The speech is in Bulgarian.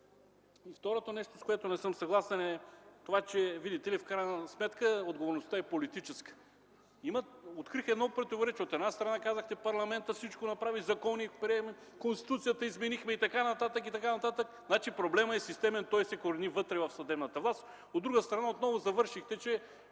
Второто нещо, с което не съм съгласен – това е, че, видите ли, в крайна сметка отговорността е политическа. Открих едно противоречие. От една страна, казахте: парламентът направи всичко – прие закони, измени Конституцията и така нататък, и така нататък – значи проблемът е системен и той се корени вътре в съдебната власт. От друга страна, отново завършихте, че